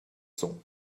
sont